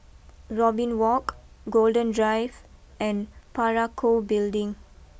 Robin walk Golden Drive and Parakou Building